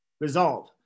resolve